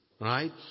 Right